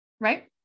right